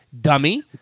Dummy